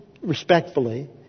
respectfully